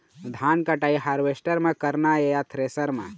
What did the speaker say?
धान कटाई हारवेस्टर म करना ये या थ्रेसर म?